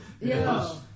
Yes